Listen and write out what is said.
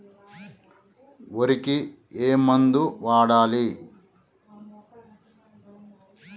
వరికి ఏ మందు వాడాలి?